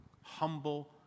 humble